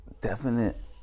definite